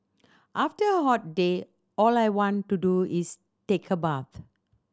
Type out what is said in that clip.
after a hot day all I want to do is take a bath